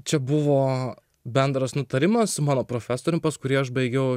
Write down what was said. čia buvo bendras nutarimas su mano profesorium pas kurį aš baigiau